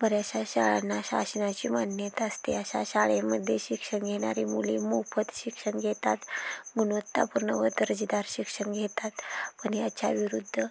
बऱ्याचशा शाळांना शासनाची मान्यता असते अशा शाळेमध्ये शिक्षण घेणारी मुले मोफत शिक्षण घेतात गुणवत्तापूर्ण व दर्जेदार शिक्षण घेतात पण याच्या विरुद्ध